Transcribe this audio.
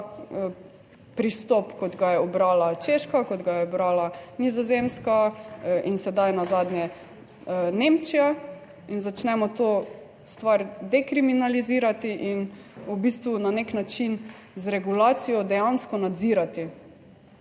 pristop, kot ga je ubrala Češka, kot ga je ubrala Nizozemska in sedaj nazadnje Nemčija in začnemo to stvar dekriminalizirati in v bistvu na nek način z regulacijo dejansko nadzirati.